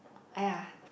!aiya!